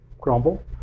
crumble